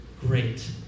great